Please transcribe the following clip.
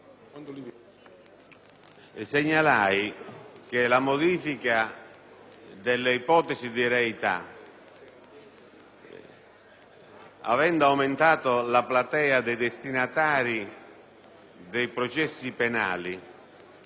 finanziaria per la modifica delle ipotesi di reità, che aveva aumentato la platea dei destinatari dei processi penali,